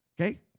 Okay